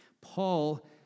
Paul